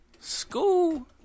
School